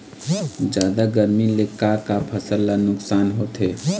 जादा गरमी ले का का फसल ला नुकसान होथे?